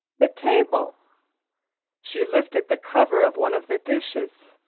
the table she lifted the cover of one of the dishes.